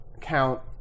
count